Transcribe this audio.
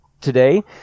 today